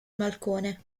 balcone